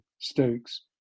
Stokes